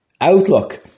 outlook